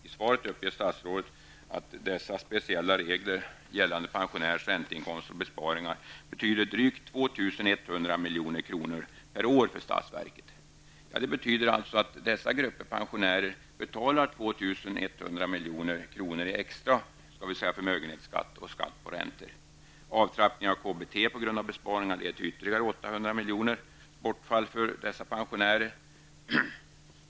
I svaret uppger statsrådet att dessa speciella regler gällande pensionärers ränteinkomster och besparingar betyder drygt 2 100 milj.kr. i extra förmögenhetsskatt och skatt på räntor. Avtrappningen av KBT på grund av besparingar leder till ytterligare 800 milj.kr. i bortfall för dessa pensionärer.